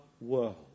world